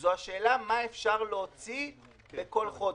זו השאלה מה אפשר להוציא בכל חודש,